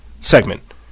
segment